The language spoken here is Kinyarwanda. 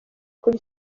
kuri